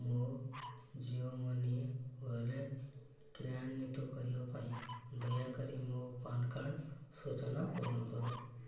ମୋ Jio money wallet କ୍ରିୟାନ୍ଵିତ କରିବା ପାଇଁ ଦୟାକରି ମୋ ପାନ୍ କାର୍ଡ଼ ସୂଚନା ପୂରଣ କର